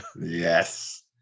Yes